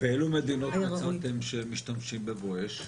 באיזה מדינות מצאתם שמשתמשים ב"בואש"?